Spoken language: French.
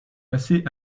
passé